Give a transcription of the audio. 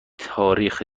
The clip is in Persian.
تاریخ